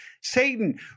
Satan